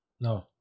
No